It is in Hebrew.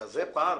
כזה פער.